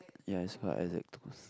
ya is for Isaac-Toast